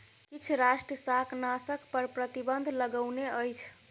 किछ राष्ट्र शाकनाशक पर प्रतिबन्ध लगौने अछि